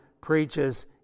preaches